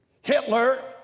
Hitler